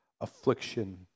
affliction